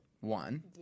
One